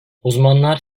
uzmanlar